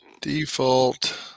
Default